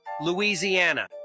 Louisiana